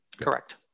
Correct